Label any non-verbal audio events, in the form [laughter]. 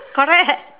[laughs] correct